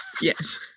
yes